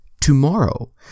tomorrow